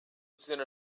center